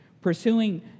Pursuing